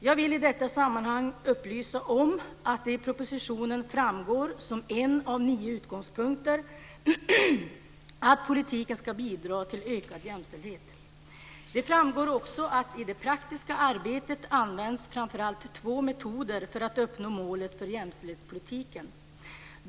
Jag vill i detta sammanhang upplysa om att det i propositionen framgår som en av nio utgångspunkter att politiken ska bidra till ökad jämställdhet. Det framgår också att i det praktiska arbetet används framför allt två metoder för att uppnå målet för jämställdhetspolitiken.